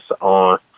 on